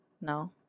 no